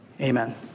Amen